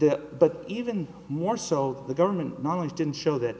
that but even more so the government knowledge didn't show that